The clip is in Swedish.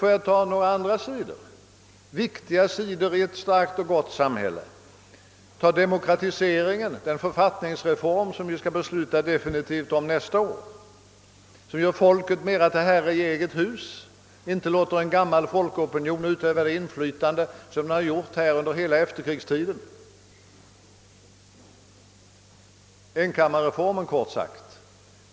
Får jag ta upp några viktiga sidor i ett starkt och gott samhälle? Ta demokratiseringen — den författningsreform, om vilken vi nästa år skall fatta definitivt beslut. Den gör folket mer till herre i eget hus och förhindrar att en gammal folkopinion på det sätt som skett under hela efterkrigstiden utövar ett fördröjande inflytande. Jag syftar kort sagt på enkammarreformen!